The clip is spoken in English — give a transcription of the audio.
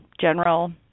general